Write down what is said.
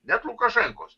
net lukašenkos